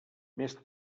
més